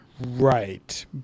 Right